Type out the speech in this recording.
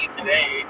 today